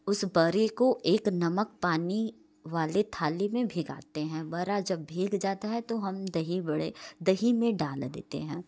उस बड़े को एक नमक पानी वाले थाली में भिंगाते हैं बड़ा जब भीग जाता है तो हम दही बड़े दही में डाल देते हैं